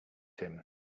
him